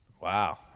Wow